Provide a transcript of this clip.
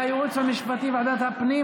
והייעוץ המשפטי, ועדת הפנים.